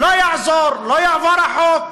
לא יעזור, לא יעבור החוק,